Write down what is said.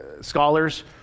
scholars